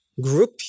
group